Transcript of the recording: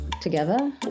together